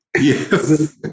Yes